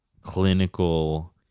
clinical